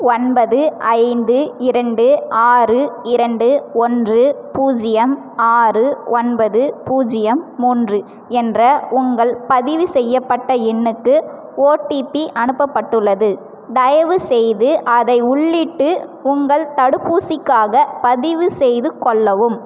ஒன்பது ஐந்து இரண்டு ஆறு இரண்டு ஒன்று பூஜ்ஜியம் ஆறு ஒன்பது பூஜ்ஜியம் மூன்று என்ற உங்கள் பதிவு செய்யப்பட்ட எண்ணுக்கு ஓடிபி அனுப்பப்பட்டுள்ளது தயவு செய்து அதை உள்ளிட்டு உங்கள் தடுப்பூசிக்காகப் பதிவுசெய்து கொள்ளவும்